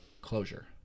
closure